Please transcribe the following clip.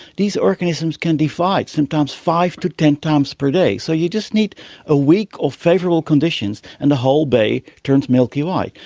these organisms can divide sometimes five to ten times per day, so you just need a week of favourable conditions and the whole bay turns milky white.